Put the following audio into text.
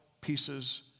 pieces